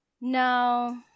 no